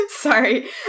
Sorry